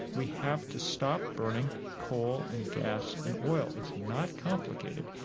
we have to stop burning coal and gas and oil. it's not complicated.